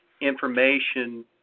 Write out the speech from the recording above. information